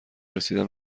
رسیدن